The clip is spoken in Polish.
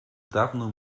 dawno